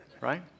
right